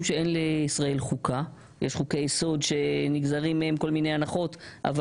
שאין לישראל חוקה אלא יש חוקי יסוד שנגזרות מהם כל מיני הנחות אבל